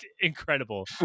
incredible